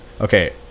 okay